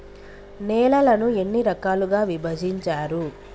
నేలలను ఎన్ని రకాలుగా విభజించారు?